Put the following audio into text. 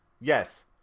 Yes